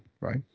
right